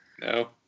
No